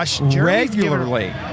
regularly